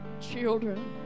children